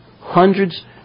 hundreds